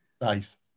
Nice